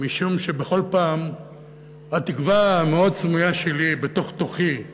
משום שבכל פעם התקווה המאוד סמויה שלי בתוך תוכי,